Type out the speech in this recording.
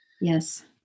Yes